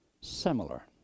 similar